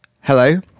Hello